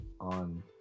on